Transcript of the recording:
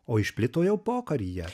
o išplito jau pokaryje